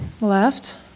left